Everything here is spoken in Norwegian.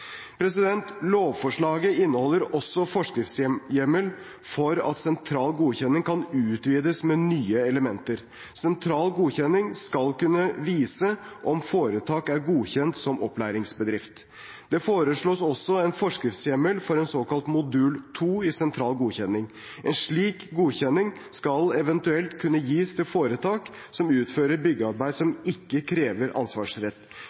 Lovforslaget inneholder også forskriftshjemmel for at sentral godkjenning kan utvides med nye elementer. Sentral godkjenning skal kunne vise om foretak er godkjent som opplæringsbedrift. Det foreslås også en forskriftshjemmel for en såkalt modul 2 i sentral godkjenning. En slik godkjenning skal eventuelt kunne gis til foretak som utfører byggearbeid som ikke krever ansvarsrett.